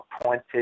appointed